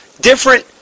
different